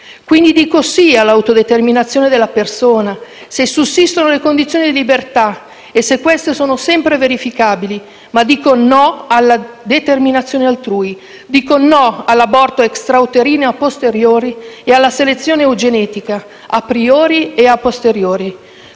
Quindi dico sì all'autodeterminazione della persona, se sussistono le condizioni di libertà e se queste sono sempre verificabili, ma dico no alla determinazione altrui, dico no all'aborto "extrauterino" *a posteriori* e alla selezione eugenetica, *a priori* e *a posteriori*.